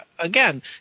Again